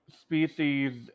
species